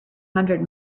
hundred